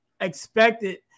expected